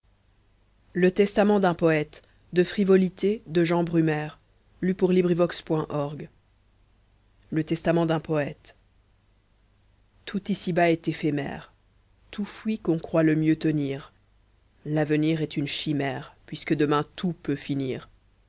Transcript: le testament d'un poete tout ici-bas est éphémère tout fuit qu'on croit le mieux tenir l'avenir est une chimère puisque demain tout peut finir